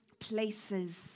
places